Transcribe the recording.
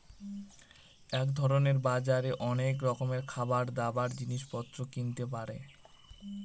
এক ধরনের বাজারে অনেক রকমের খাবার, দাবার, জিনিস পত্র কিনতে পারে